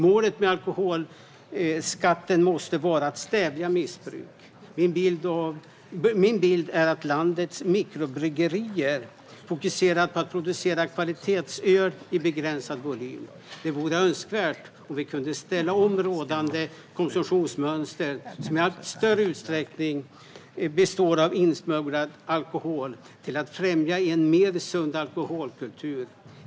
Målet med alkoholskatten måste vara att stävja missbruk. Min bild är att landets mikrobryggerier fokuserar på att producera kvalitetsöl i begränsad volym. Det vore önskvärt om vi kunde ställa om rådande konsumtionsmönster - med en konsumtion som i allt större utsträckning består av insmugglad alkohol - till att främja en mer sund alkoholkultur.